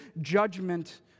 judgment